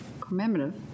commemorative